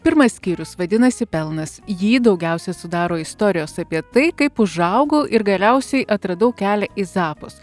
pirmas skyrius vadinasi pelnas jį daugiausia sudaro istorijos apie tai kaip užaugau ir galiausiai atradau kelią į zappos